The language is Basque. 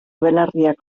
belarriak